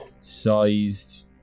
sized